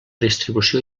distribució